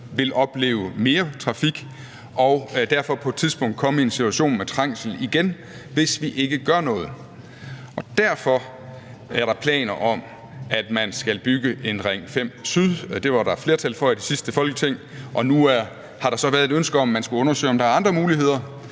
vil opleve mere trafik og derfor på et tidspunkt komme i en situation med trængsel igen, hvis vi ikke gør noget. Derfor er der planer om, at man skal bygge en Ring 5 Syd. Det var der flertal for i det sidste Folketing, og nu har der så været et ønske om, at man skulle undersøge, om der er andre muligheder,